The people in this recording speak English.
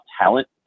talent